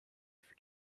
for